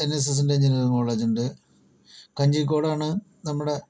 N S എസിൻ്റെ engineering കോളേജൂണ്ട് കഞ്ഞിക്കോടാണ് നമ്മുടെ